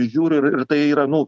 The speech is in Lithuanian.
žiūriu ir tai yra nu